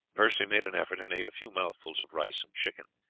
percy made an effort and ate a few mouthfuls of rice and chicken,